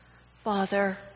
Father